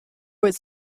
was